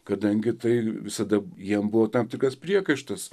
kadangi tai visada jiems buvo tam tikras priekaištas